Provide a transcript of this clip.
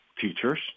teachers